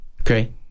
Okay